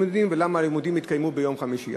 לימודים ולמה הלימודים התקיימו ביום חמישי.